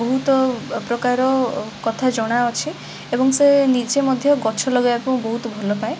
ବହୁତ ପ୍ରକାର କଥା ଜଣାଅଛି ଏବଂ ସେ ନିଜେ ମଧ୍ୟ ଗଛ ଲଗେଇବାକୁ ବହୁତ ଭଲପାଏ